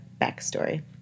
backstory